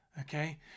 Okay